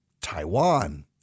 Taiwan